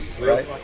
Right